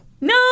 No